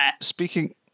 Speaking